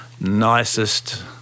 nicest